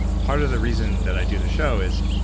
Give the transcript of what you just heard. ah part of the reason that i do the show is,